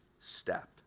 step